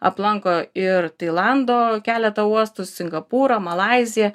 aplanko ir tailando keletą uostų singapūrą malaiziją